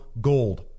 gold